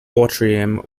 atrium